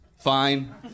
Fine